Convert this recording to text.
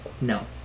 No